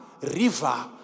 river